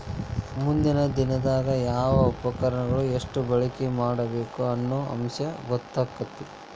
ಮುಂದಿನ ದಿನದಾಗ ಯಾವ ಉಪಕರಣಾನ ಎಷ್ಟ ಬಳಕೆ ಮಾಡಬೇಕ ಅನ್ನು ಅಂಶ ಗೊತ್ತಕ್ಕತಿ